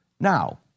Now